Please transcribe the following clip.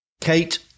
kate